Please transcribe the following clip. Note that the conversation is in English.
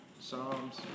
Psalms